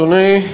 אדוני,